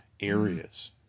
areas